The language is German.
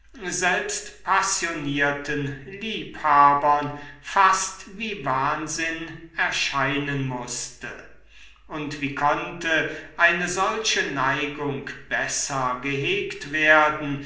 selbst passionierten liebhabern fast wie wahnsinn erscheinen mußte und wie konnte eine solche neigung besser gehegt werden